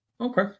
Okay